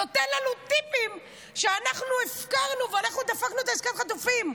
נותן לנו טיפים שאנחנו הפקרנו ואנחנו דפקנו את עסקת החטופים.